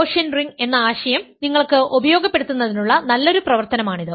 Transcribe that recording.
quotient ring എന്ന ആശയം നിങ്ങൾക്ക് ഉപയോഗപ്പെടുത്തുന്നതിനുള്ള നല്ലൊരു പ്രവർത്തനമാണിത്